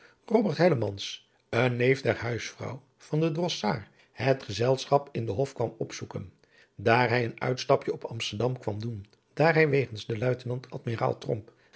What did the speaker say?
een neef der huisvrouw van den drossaard het gezelschap in den hof kwam opzoeken daar hij een uitstapje uit amsterdam kwam doen waar hij wegens den luitenant admiraal